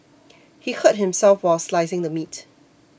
he hurt himself while slicing the meat